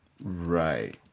Right